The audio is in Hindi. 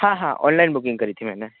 हाँ हाँ ऑनलाइन बुकिंग करी थी मैंने